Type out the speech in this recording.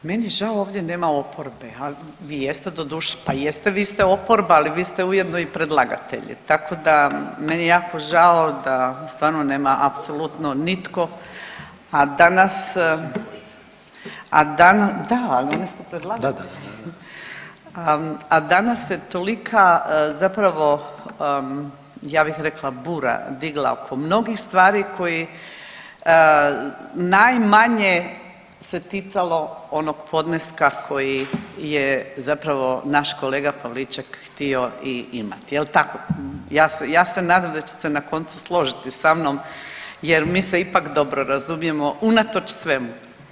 Meni je žao ovdje nema oporbe, ali vi jeste doduše, pa jeste vi ste oporba, ali vi ste ujedno i predlagatelji, tako da meni je jako žao da stvarno nema apsolutno nitko, a danas, a danas… [[Upadica iz klupe se ne razumije]] da, ali oni su predlagatelji [[Upadica Reiner: Da, da, da, da]] , a danas se tolika zapravo ja bih rekla bura digla oko mnogih stvari koji najmanje se ticalo onog podneska koji je zapravo naš kolega Pavliček htio i imat, jel tako, ja se, ja se nadam da će se na koncu složiti sa mnom jer mi se ipak dobro razumijemo unatoč svemu.